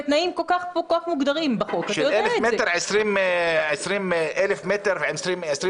איזו זכות זו להפגין ברדיוס של 1,000 מהבית שלך עם הגבלה של 20 אנשים?